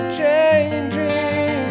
changing